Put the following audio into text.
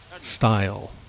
style